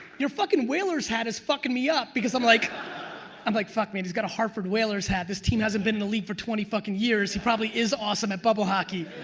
your fuckin' whaler's hat is fuckin' me up, because i'm like i'm like fuck man he's got a hartford whalers hat, this team hasn't been in the league for twenty fuckin' years, he probably is awesome at bubble-hockey.